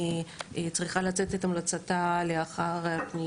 אי-אפשר לתת את תקופת המעבר למוצרים חדשים שלא הגיעו לארץ.